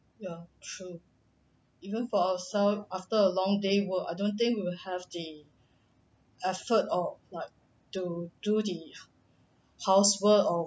ya true even for ourselves after a long day work I don't think you will have the effort or like to the housework or